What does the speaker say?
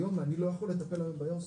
היום אני לא יכול לטפל באיירסופט,